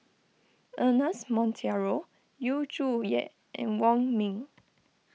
Ernest Monteiro Yu Zhuye and Wong Ming